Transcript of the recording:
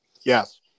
Yes